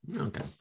Okay